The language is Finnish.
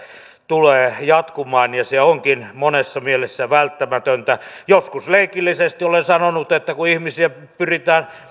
tulee jatkumaan ja se onkin monessa mielessä välttämätöntä joskus leikillisesti olen sanonut että kun ihmisiä pyritään